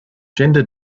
gender